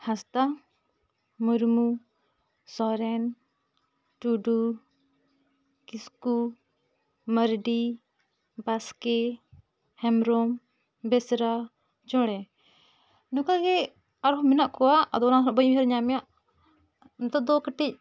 ᱦᱟᱸᱥᱫᱟ ᱢᱩᱨᱢᱩ ᱥᱚᱨᱮᱱ ᱴᱩᱰᱩ ᱠᱤᱥᱠᱩ ᱢᱟᱹᱨᱰᱤ ᱵᱟᱥᱠᱮ ᱦᱮᱢᱵᱨᱚᱢ ᱵᱮᱥᱨᱟ ᱡᱚᱲᱮ ᱱᱚᱝᱠᱟ ᱜᱮ ᱟᱨᱦᱚᱸ ᱢᱮᱱᱟᱜ ᱠᱚᱣᱟ ᱟᱫᱚ ᱚᱱᱟ ᱠᱷᱚᱱ ᱵᱟᱹᱧ ᱩᱭᱦᱟᱹᱨ ᱧᱟᱢᱮᱜᱼᱟ ᱱᱤᱛᱚᱜ ᱫᱚ ᱠᱟᱹᱴᱤᱡ